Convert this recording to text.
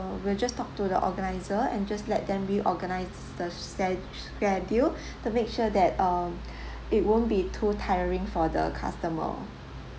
we'll just talk to the organizer and just let them be organized the sc~ schedule to make sure that um it won't be too tiring for the customer